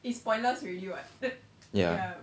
yeah